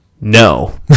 No